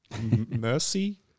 mercy